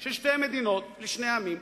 של שתי מדינות לשני עמים,